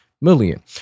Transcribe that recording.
million